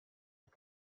amb